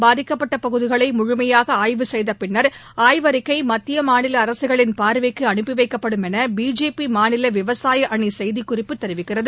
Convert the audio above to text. பாதிக்கப்பட்ட பகுதிகளை முழுமையாக ஆய்வு செய்த பின்னர் ஆய்வு அறிக்கை மத்திய மாநில அரசுகளின் பார்வைக்கு அனுப்பி வைக்கப்படும் என பிஜேபி மாநில விவசாய அணி செய்திக்குறிப்பு தெரிவிக்கிறது